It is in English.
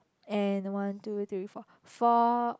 and one two three four four